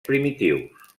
primitius